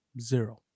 Zero